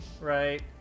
right